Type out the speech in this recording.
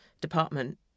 department